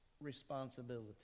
responsibility